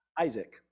Isaac